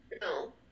no